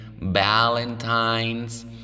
Valentine's